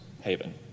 haven